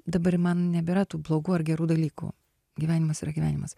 dabar man nebėra tų blogų ar gerų dalykų gyvenimas yra gyvenimas